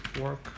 work